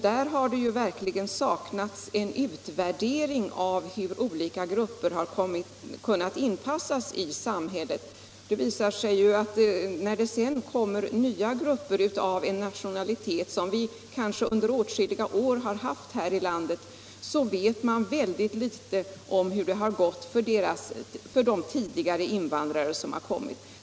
Det har verkligen saknats en utvärdering av hur olika grupper har kunnat anpassa sig i samhället. När det kommer nya grupper av en nationalitet, som vi kanske under åtskilliga år har haft här i Sverige, visar det sig att man vet väldigt litet om hur det har gått för de tidigare invandrarna.